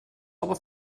aber